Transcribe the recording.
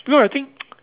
no I think